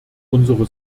unsere